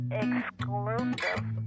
exclusive